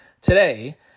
today